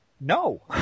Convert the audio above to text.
no